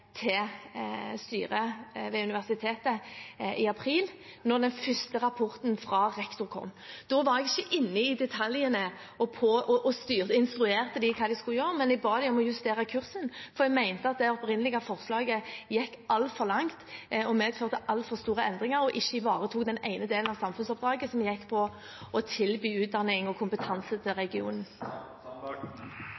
til styret ved universitetet i april, da den første rapporten fra rektor kom. Da var jeg ikke inne i detaljene og instruerte om hva de skulle gjøre, men jeg ba dem justere kursen, for jeg mente det opprinnelige forslaget gikk altfor langt, medførte altfor store endringer og ikke ivaretok den ene delen av samfunnsoppdraget som gikk på å tilby utdanning og kompetanse til